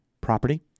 property